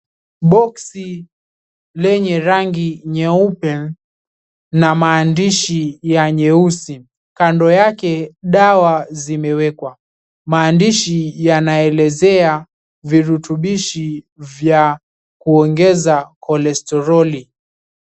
Boksi lenye rangi nyeupe na maandishi ya nyeusi, kando yake dawa zimewekwa. Maandishi yanaelezea virutubishi vya kuongezea cholesterol .